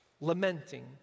Lamenting